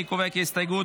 אני קובע כי ההסתייגות